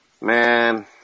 Man